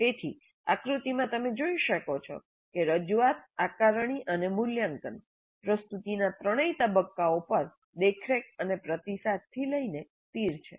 તેથી આકૃતિમાં તમે જોઈ શકો છો કે રજૂઆત આકારણી અને મૂલ્યાંકન પ્રસ્તુતિના ત્રણેય તબક્કાઓ પર દેખરેખ અને પ્રતિસાદથી લઈને તીર છે